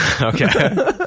Okay